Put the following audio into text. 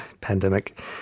pandemic